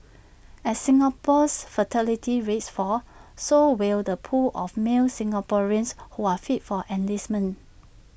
as Singapore's fertility rate falls so will the pool of male Singaporeans who are fit for enlistment